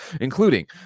including